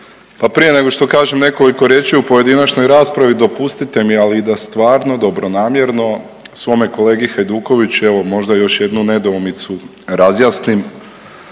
prije nego što kažem nekoliko riječi u pojedinačnoj raspravi dopustite mi ali i da stvarno dobronamjerno svome kolegi Hajdukoviću evo možda još jednu nedoumicu razjasnim